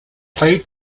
played